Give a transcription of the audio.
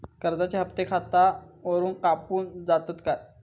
कर्जाचे हप्ते खातावरून कापून जातत काय?